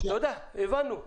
הבנו.